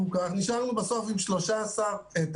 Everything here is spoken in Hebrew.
נשארנו בסוף עם 13 תלמידים.